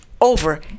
over